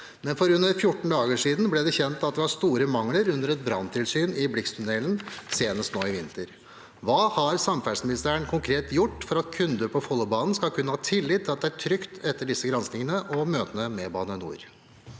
men for under 14 dager siden ble det kjent at det var store mangler under et branntilsyn i Blixtunnelen senest nå i vinter. Hva har samferdselsministeren konkret gjort for at kunder på Follobanen skal kunne ha tillit til at det er trygt etter disse granskingene og møtene med Bane NOR?